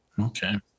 Okay